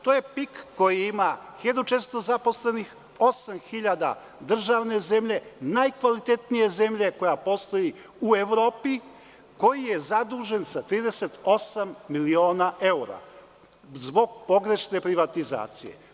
To je PIK koji ima 1.400 zaposlenih, 8.000 državne zemlje, najkvalitetnije zemlje, koja postoji u Evropi, koji je zadužen za 38 miliona evra, zbog pogrešne privatizacije.